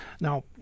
Now